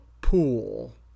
pool